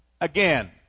again